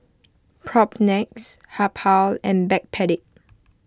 Propnex Habhal and Backpedic